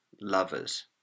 lovers